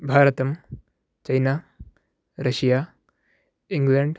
भारतं China Russia England